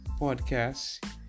podcast